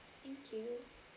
thank you